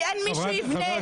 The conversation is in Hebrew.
כי אין מי שיבנה.